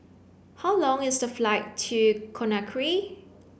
how long is the flight to Conakry